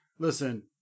Listen